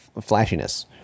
flashiness